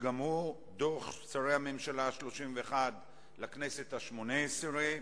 שגם הוא דוח שרי הממשלה ה-31 לכנסת השמונה-עשרה.